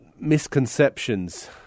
misconceptions